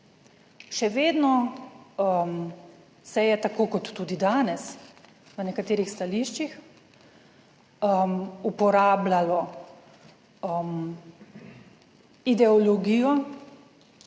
Še vedno se je, tako kot tudi danes v nekaterih stališčih, uporabljalo ideologijo,